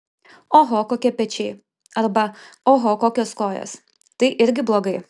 oho kokie pečiai arba oho kokios kojos tai irgi blogai